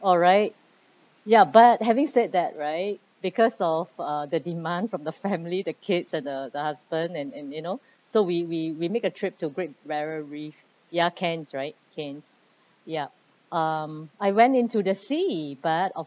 alright ya but having said that right because of uh the demand from the family the kids and the the husband and and you know so we we we make a trip to great barrier reef ya cairns right cairns yup um I went into the sea but